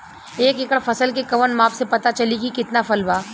एक एकड़ फसल के कवन माप से पता चली की कितना फल बा?